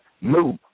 Move